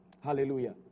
Hallelujah